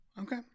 Okay